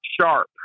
Sharp